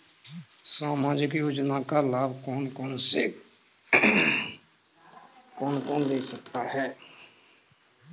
सामाजिक योजना का लाभ कौन कौन ले सकता है?